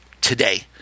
today